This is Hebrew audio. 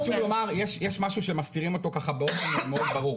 צריך לומר יש משהו שמסתירים אותו באופן מאוד ברור,